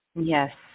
Yes